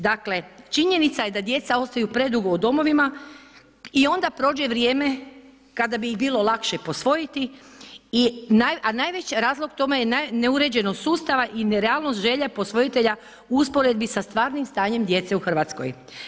Dakle, činjenica je da djeca ostaju predugo u domovima i onda prođe vrijeme kada bi ih bilo lakše posvojiti a najveći razlog tome je neuređenost sustava i nerealnost želja posvojitelja u usporedbi sa stvarnim stanjem djece u Hrvatskoj.